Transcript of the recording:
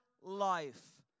life